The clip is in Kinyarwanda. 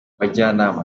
abajyanama